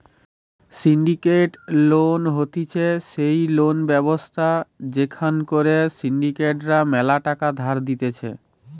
syndicated loan হতিছে সেই loan ব্যবস্থা যেখান করে সিন্ডিকেট রা ম্যালা টাকা ধার দিতেছে